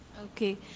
Okay